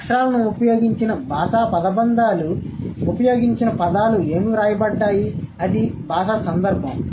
అక్షరాలను ఉపయోగించిన భాషా పదబంధాలు ఉపయోగించిన పదాలు ఏమి వ్రాయబడ్డాయి అది భాషా సందర్భం